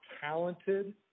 talented